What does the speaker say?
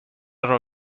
راه